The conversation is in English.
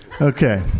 Okay